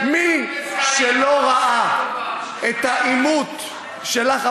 מי שראה את העימות שלך,